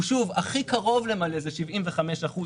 הכי קרוב למלא זה 75%,